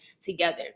together